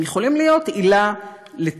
הם יכולים להיות עילה לתיקון,